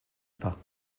pas